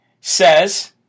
says